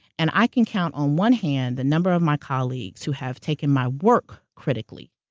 and i can count on one hand the number of my colleagues who have taken my work critically,